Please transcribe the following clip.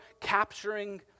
capturing